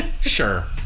Sure